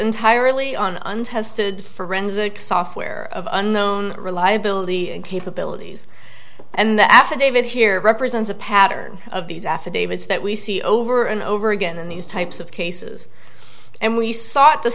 entirely on untested forensic software of unknown reliability and capabilities and the affidavit here represents a pattern of these affidavits that we see over and over again in these types of cases and we s